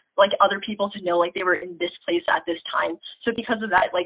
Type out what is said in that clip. like, other people to know, like, they were in this place at this time. so because of that, like